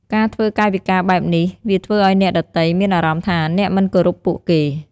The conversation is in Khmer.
ការធ្វើកាយវិការបែបនេះ វាធ្វើឲ្យអ្នកដទៃមានអារម្មណ៍ថាអ្នកមិនគោរពពួកគេ។